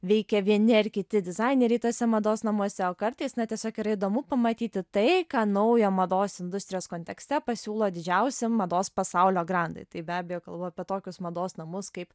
veikia vieni ar kiti dizaineriai tose mados namuose o kartais na tiesiog yra įdomu pamatyti tai ką naujo mados industrijos kontekste pasiūlo didžiausi mados pasaulio grandai tai be abejo kalbu apie tokius mados namus kaip